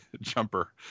jumper